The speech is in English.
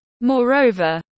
Moreover